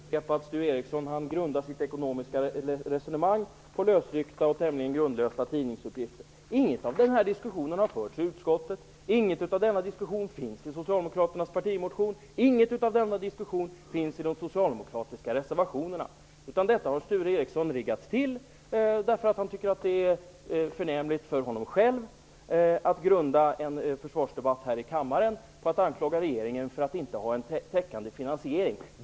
Herr talman! Jag kan bara upprepa att Sture Ericson grundar sitt ekonomiska resonemang på lösryckta och tämligen grundlösa tidningsuppgifter. Inget av den här diskussionen har förts i utskottet. Inget av denna diskussion finns i Socialdemokraternas partimotion. Inget av denna diskussion finns i de socialdemokratiska reservationerna. Detta har Sture Ericson riggat till därför att han tycker att det är förnämligt av honom själv att grunda en försvarsdebatt här i kammaren på att anklaga regeringen för att inte ha en täckande finansiering.